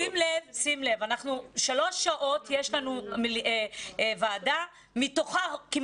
שים לב, יש לנו ועדה שלוש